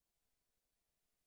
באופן מאוד אינטנסיבי